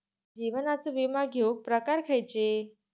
जीवनाचो विमो घेऊक प्रकार खैचे?